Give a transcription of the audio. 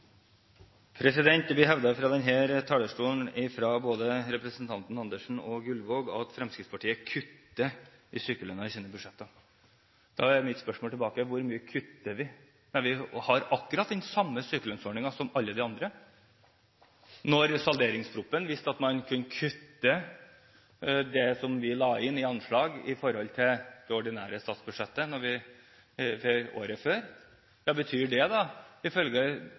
av det de foreslår. Det blir hevdet fra denne talerstolen av både representanten Andersen og representanten Gullvåg at Fremskrittspartiet kutter i sykelønnen i sine budsjetter. Da er mitt spørsmål tilbake: Hvor mye kutter vi? Vi har akkurat den samme sykelønnsordningen som alle de andre. Når salderingsproposisjonen viste at man kunne kutte det som vi la inn som anslag i forhold til det ordinære statsbudsjettet året før, betyr det da – ifølge